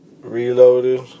reloaded